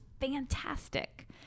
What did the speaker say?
fantastic